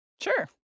Sure